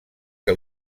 que